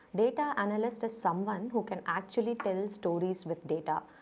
data analyst is someone who can actually tell stories with data.